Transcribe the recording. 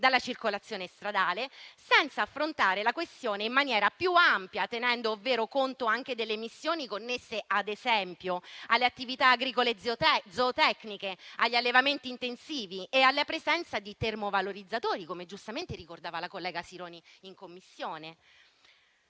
dalla circolazione stradale, senza affrontare la questione in maniera più ampia, ovvero tenendo conto anche delle emissioni connesse, ad esempio, alle attività agricole e zootecniche, agli allevamenti intensivi e alla presenza di termovalorizzatori, come giustamente ricordava la collega Sironi in Commissione.